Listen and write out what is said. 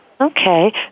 Okay